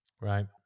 Right